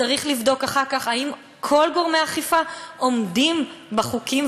צריך לבדוק אחר כך אם כל גורמי האכיפה עומדים בחוקים.